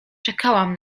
czekałam